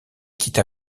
quitta